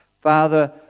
Father